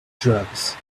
drugs